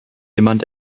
jemand